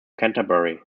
canterbury